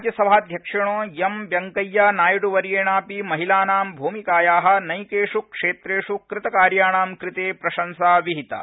राज्यसभाध्यक्षेण एमवेंकैया नायड् वर्येणापि महिलानां भूमिकाया नैकेष् क्षेत्रेष् कृतकार्याणां कृते प्रशंसा विहिता